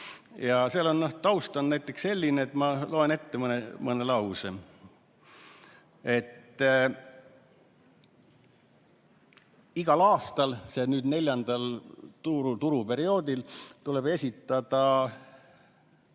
Taust on selline, ma loen ette mõne lause. Igal aastal, nüüd neljandal turuperioodil, tuleb esitada